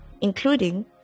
including